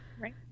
Right